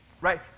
Right